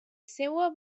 seua